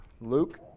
Luke